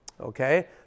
Okay